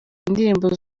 indirimbo